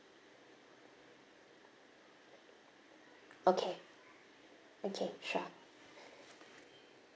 okay okay sure